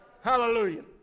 Hallelujah